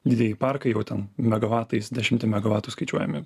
didieji parkai jau ten megavatais dešimtim megavatų skaičiuojami